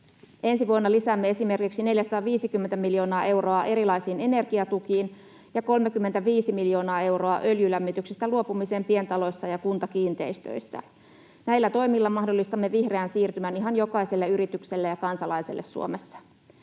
Ensi vuonna lisäämme esimerkiksi 450 miljoonaa euroa erilaisiin energiatukiin ja 35 miljoonaa euroa öljylämmityksestä luopumiseen pientaloissa ja kuntakiinteistöissä. Näillä toimilla mahdollistamme vihreän siirtymän ihan jokaiselle yritykselle ja kansalaiselle Suomessa.